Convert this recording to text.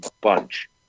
bunch